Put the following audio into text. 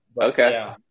okay